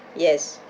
yes